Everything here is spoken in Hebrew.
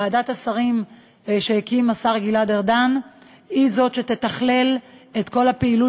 ועדת השרים שהקים השר גלעד ארדן היא זו שתתכלל את כל הפעילות